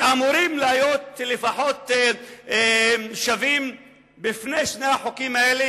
שאמורים להיות שווים לפחות בפני שני החוקים האלה